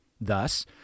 Thus